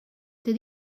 did